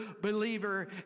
believer